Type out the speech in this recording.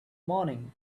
morning